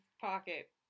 pocket